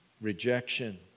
rejection